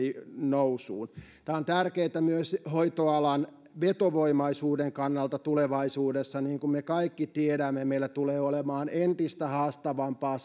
nousuun tämä on tärkeätä myös hoitoalan vetovoimaisuuden kannalta tulevaisuudessa niin kuin me kaikki tiedämme meillä tulee olemaan entistä haastavampaa